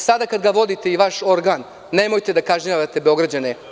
Sada kada ga vodite nemojte da kažnjavate Beograđane.